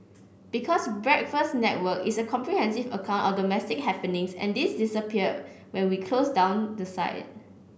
because Breakfast Network is a comprehensive account of domestic happenings and this disappear when we close down the site